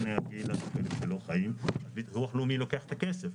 אז ביטוח לאומי לוקח את הכסף,